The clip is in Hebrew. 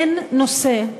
אין נושא,